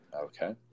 Okay